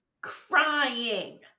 crying